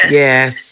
yes